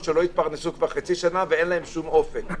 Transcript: שלא התפרנסו כבר חצי שנה ואין להם שום אופק.